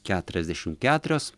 keturiasdešim keturios